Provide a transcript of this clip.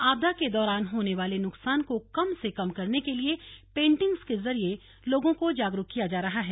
आपदा के दौरान होने वाले नुकसान को कम से कम करने के लिए पेंटिंग्स के जरिये लोगों को जागरुक किया जा रहा है